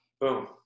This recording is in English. Boom